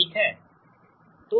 ठीक है